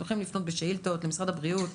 אתם יכולים לפנות בשאילתות למשרד הבריאות,